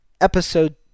episode